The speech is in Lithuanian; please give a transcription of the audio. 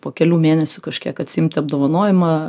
po kelių mėnesių kažkiek atsiimti apdovanojimą